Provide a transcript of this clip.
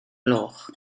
gloch